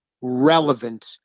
relevant